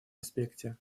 аспекте